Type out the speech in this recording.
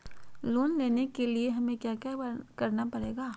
Loan लेने के लिए हमें क्या क्या करना पड़ेगा?